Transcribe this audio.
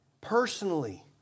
personally